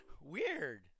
Weird